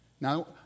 Now